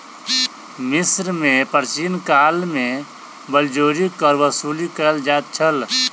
मिस्र में प्राचीन काल में बलजोरी कर वसूली कयल जाइत छल